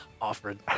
offered